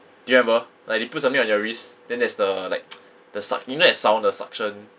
do you remember like they put something on your wrist then there's the like the su~ you know that sound the suction